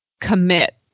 commit